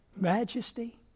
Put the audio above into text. majesty